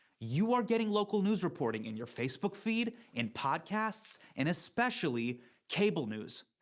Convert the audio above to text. you are getting local news reporting in your facebook feed, in podcasts, and especially cable news.